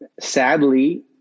sadly